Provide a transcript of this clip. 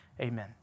amen